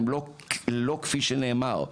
הם לא כמו שנאמרו.